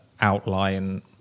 outline